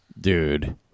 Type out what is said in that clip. Dude